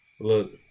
Look